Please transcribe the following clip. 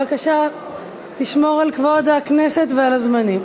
בבקשה תשמור על כבוד הכנסת ועל הזמנים.